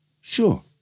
Sure